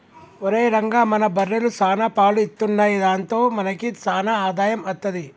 ఒరేయ్ రంగా మన బర్రెలు సాన పాలు ఇత్తున్నయ్ దాంతో మనకి సాన ఆదాయం అత్తది